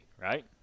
Right